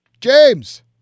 James